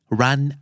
run